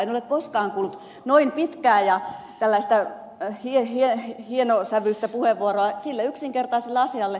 en ole koskaan kuullut noin pitkää ja tällaista hienosävyistä puheenvuoroa näin yksinkertaisesta asiasta